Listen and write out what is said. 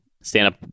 stand-up